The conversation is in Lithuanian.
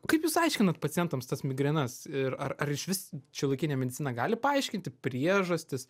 kaip jūs aiškinat pacientams tas migrenas ir ar ar išvis šiuolaikinė medicina gali paaiškinti priežastis